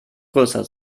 größer